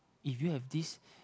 if you have this